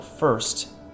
First